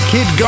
Kid